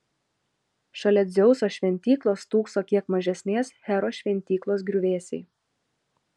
šalia dzeuso šventyklos stūkso kiek mažesnės heros šventyklos griuvėsiai